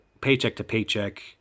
paycheck-to-paycheck